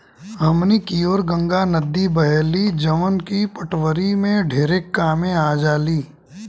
हमनी कियोर गंगा नद्दी बहेली जवन की पटवनी में ढेरे कामे आजाली